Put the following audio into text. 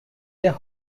their